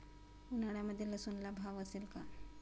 उन्हाळ्यामध्ये लसूणला भाव असेल का?